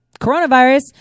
Coronavirus